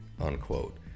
unquote